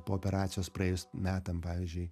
po operacijos praėjus metam pavyzdžiui